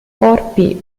corpi